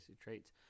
traits